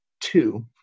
two